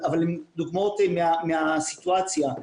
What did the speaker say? אבל הן דוגמאות מהסיטואציה,